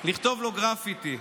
לכתוב גרפיטי.